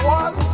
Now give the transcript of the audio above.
one